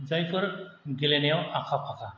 जायफोर गेलेनायाव आखा फाखा